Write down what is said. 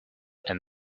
and